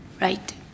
Right